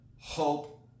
hope